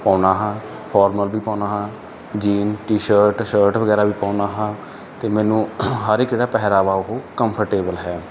ਪਾਉਂਦਾ ਹਾਂ ਫੋਰਮਲ ਵੀ ਪਾਉਂਦਾ ਹਾਂ ਜੀਨ ਟੀ ਸ਼ਰਟ ਸ਼ਰਟ ਵਗੈਰਾ ਵੀ ਪਾਉਂਦਾ ਹਾਂ ਅਤੇ ਮੈਨੂੰ ਹਰ ਇੱਕ ਜਿਹੜਾ ਪਹਿਰਾਵਾ ਉਹ ਕੰਫਰਟੇਬਲ ਹੈ